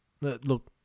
look